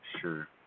Sure